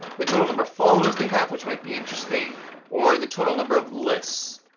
the total number of followers they have, which might be interesting or the total number of lists.